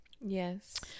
Yes